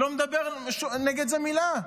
הוא לא מדבר נגד זה מילה.